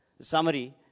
summary